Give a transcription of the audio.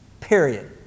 Period